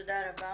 תודה רבה.